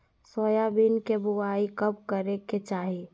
Soybean के बुआई कब करे के चाहि?